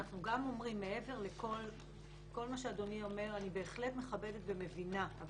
מעבר לכל מה שאדוני אומר אני בהחלט מכבדת ומבינה.